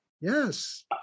yes